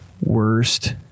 Worst